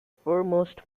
foremost